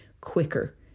quicker